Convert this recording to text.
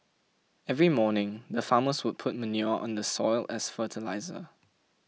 every morning the farmers would put manure on the soil as fertilizer